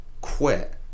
quit